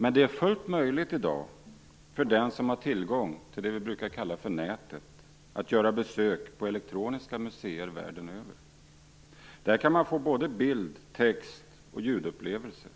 Men för den som har tillgång till det vi brukar kalla "nätet" är det i dag fullt möjligt att göra besök på elektroniska museer världen över. Där kan man få bild-, text och ljudupplevelser.